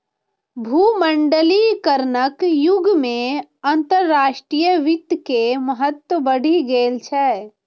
भूमंडलीकरणक युग मे अंतरराष्ट्रीय वित्त के महत्व बढ़ि गेल छै